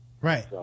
right